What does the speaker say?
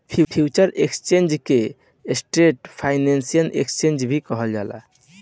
future exchange के central financial exchange भी कहल जाला